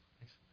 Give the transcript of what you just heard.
Thanks